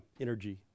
energy